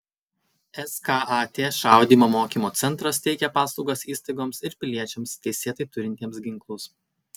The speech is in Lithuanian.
skat šaudymo mokymo centras teikia paslaugas įstaigoms ir piliečiams teisėtai turintiems ginklus